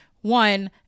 one